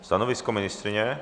Stanovisko ministryně?